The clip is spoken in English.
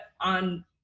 on